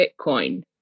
Bitcoin